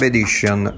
Edition